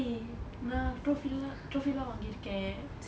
eh நான்:naan trophy lah trophy lah வாங்கி இருக்கிறேன்:vaangi irukkiren